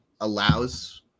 allows